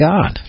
God